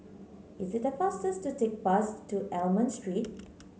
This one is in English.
is it faster to take bus to Almond Street